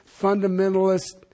fundamentalist